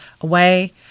away